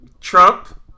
Trump